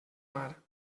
mar